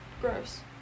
Gross